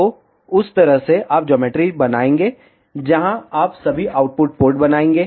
तो उस तरह से आप ज्योमेट्री बनाएंगे जहां आप सभी आउटपुट पोर्ट बनाएंगे